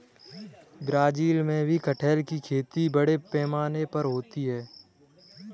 Brazil में भी कटहल की खेती बड़े पैमाने पर होती है